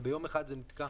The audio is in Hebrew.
אבל ביום אחד זה נתקע